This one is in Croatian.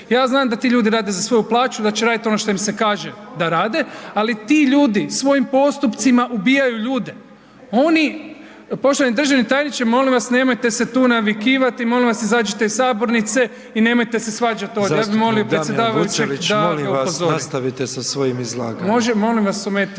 za znam da ti ljudi rade za svoju plaću da će raditi ono što im se kaže da rade. Ali ti ljudi svojim postupcima ubijaju ljude. Poštovani državne tajniče molim vas nemojte se tu navikivati, molim vas izađite iz sabornice i nemojte se svađati. Ja bih molio predsjedavajućeg da vas upozori. … /Upadica Petrov: Molim vas nastavite sa svojim izlaganjem./… Molim vas, ometa